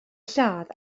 lladd